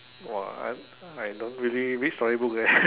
!wah! I I don't really read story book leh